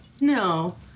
No